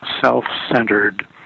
self-centered